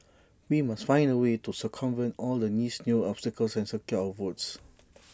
we must find A way to circumvent all the niece new obstacles and secure our votes